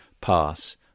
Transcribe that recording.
pass